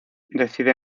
decide